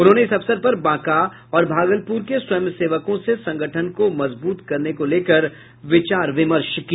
उन्होंने इस अवसर पर बांका और भागलपुर के स्वयं सेवकों से संगठन को मजबूत करने को लेकर विचार विमर्श किया